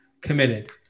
committed